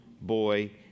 boy